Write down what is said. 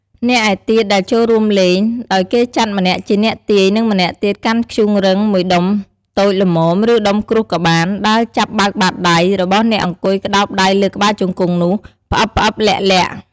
អ្នកឯទៀតដែលចូលរួមលេង ដោយគេចាត់ម្នាក់ជាអ្នកទាយ និងម្នាក់ទៀតកាន់ធ្យូងរឹង ១ដុំតូចល្មម ឬដុំក្រួសក៏បាន ដើរចាប់បើកបាត់ដៃ របស់អ្នកអង្គុយក្តោបដៃលើក្បាលជង្គង់នោះ ផ្អឹបៗ លាក់ៗ។